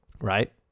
right